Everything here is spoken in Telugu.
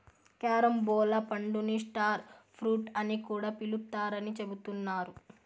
క్యారంబోలా పండుని స్టార్ ఫ్రూట్ అని కూడా పిలుత్తారని చెబుతున్నారు